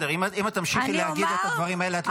אם את תמשיכי להגיד את הדברים האלה את לא תוכלי להמשיך לדבר.